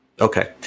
Okay